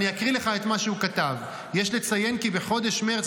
אני אקריא לך את מה שהוא כתב: יש לציין כי בחודש מרץ